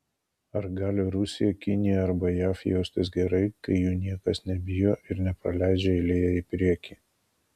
ar gali rusija kinija arba jav jaustis gerai kai jų niekas nebijo ir nepraleidžia eilėje į priekį